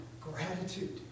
gratitude